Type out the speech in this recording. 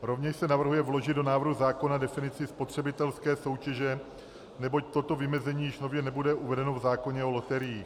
Rovněž se navrhuje vložit do návrhu zákona definici spotřebitelské soutěže, neboť toto vymezení již nově nebude uvedeno v zákoně o loteriích.